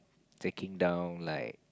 taking down like